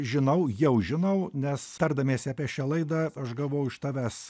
žinau jau žinau nes tardamiesi apie šią laidą aš gavau iš tavęs